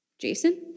Jason